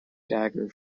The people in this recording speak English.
dagger